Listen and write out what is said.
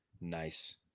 nice